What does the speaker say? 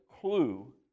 clue